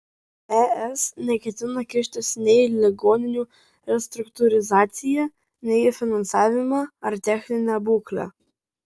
es neketina kištis nei į ligoninių restruktūrizaciją nei į finansavimą ar techninę būklę